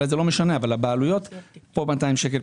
אולי זה לא משנה אבל הבעלויות משלמות פה 200 שקלים,